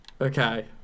Okay